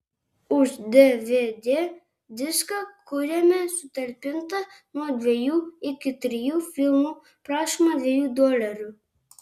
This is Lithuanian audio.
už dvd diską kuriame sutalpinta nuo dviejų iki trijų filmų prašoma dviejų dolerių